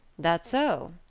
that so?